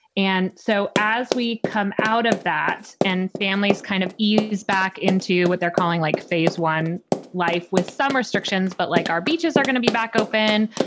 and so as we come out of that and families kind of ease back into what they're calling like phase one life with some restrictions, but like our beaches are gonna be back open.